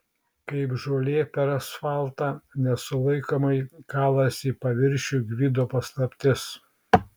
kaip žolė per asfaltą nesulaikomai kalasi į paviršių gvido paslaptis